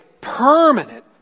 permanent